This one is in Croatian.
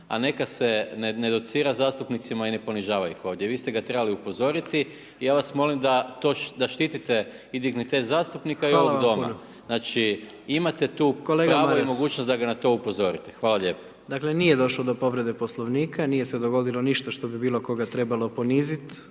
a neka se ne docira zastupnicima i ne ponižava ih ovdje, vi ste ga trebali upozoriti i ja vas molim da štitite i dignitet zastupnika i ovog doma …/Upadica: Hvala vam puno./… Znači, imate tu …/Upadica: Kolega Maras./… pravo i mogućnost da ga na to upozorite. Hvala lijepo. **Jandroković, Gordan (HDZ)** Dakle, nije došlo do povrede Poslovnika, nije se dogodilo ništa što bi bilo koga trebalo ponizit